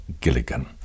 Gilligan